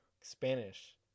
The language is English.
Spanish